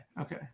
okay